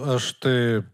aš tai